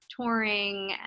touring